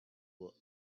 were